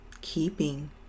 keeping